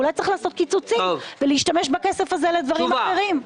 אולי צריך לעשות קיצוצים ולהשתמש בכסף הזה לדברים אחרים.